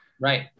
Right